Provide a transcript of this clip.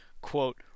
quote